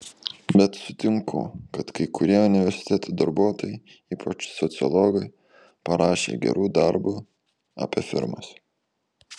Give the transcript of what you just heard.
bet sutinku kad kai kurie universitetų darbuotojai ypač sociologai parašė gerų darbų apie firmas